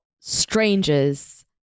strangers